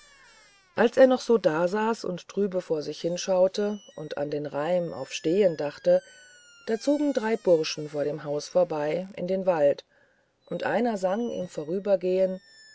als er noch so dasaß und trübe vor sich hinschaute und an den reim auf stehen dachte da zogen drei bursche vor dem haus vorbei in den wald und einer sang im vorübergehen